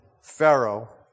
Pharaoh